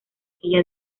quilla